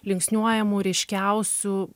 linksniuojamų ryškiausių